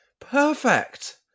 Perfect